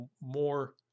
more